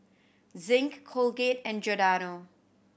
Zinc Colgate and Giordano